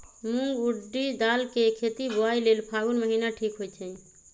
मूंग ऊरडी दाल कें खेती बोआई लेल फागुन महीना ठीक होई छै